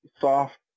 soft